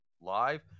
Live